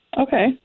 Okay